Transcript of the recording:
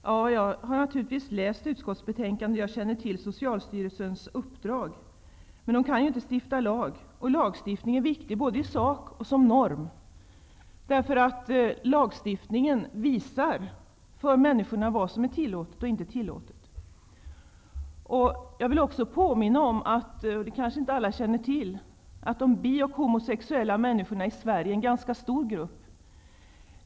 Herr talman! Jag har läst utskottets betänkande, och jag känner till Socialstyrelsens uppdrag. Socialstyrelsen kan emellertid inte stifta någon lag, och det är viktigt med lagstiftning både i sak och som norm. Med lagstiftning visar man oss människor vad som är tillåtet och inte tillåtet. Alla känner kanske inte till att de bi och homosexuella människorna i Sverige är en ganska stor grupp. Det vill jag påminna om.